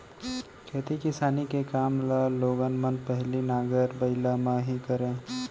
खेती किसानी के काम ल लोगन मन पहिली नांगर बइला म ही करय